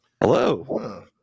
Hello